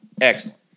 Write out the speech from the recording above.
excellent